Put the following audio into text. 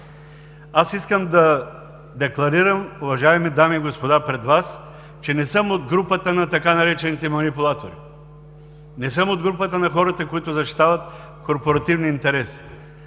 Искам да декларирам пред Вас, уважаеми дами и господа, че не съм от групата на така наречените „манипулатори“. Не съм от групата на хората, които защитават корпоративни интереси.